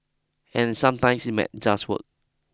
and sometimes it might just work